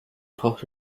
braucht